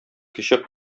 кече